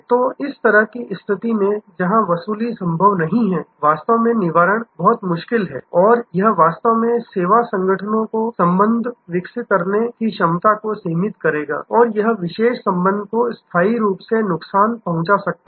तो इस तरह की स्थिति में जहां वसूली संभव नहीं है वास्तव में निवारण बहुत मुश्किल है और यह वास्तव में सेवा संगठनों को संबंध विकसित करने की क्षमता को सीमित करेगा यह किसी विशेष संबंध को स्थायी रूप से नुकसान पहुंचा सकता है